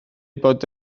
bod